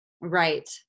right